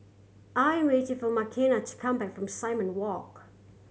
I am waiting for Makenna to come back from Simon Walk